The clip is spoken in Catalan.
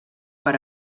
per